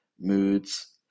Moods